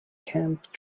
camp